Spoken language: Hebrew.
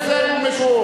תסתכל עליו,